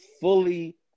Fully